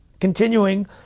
continuing